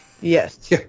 Yes